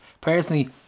personally